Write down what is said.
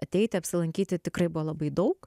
ateiti apsilankyti tikrai buvo labai daug